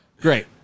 great